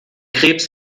krebs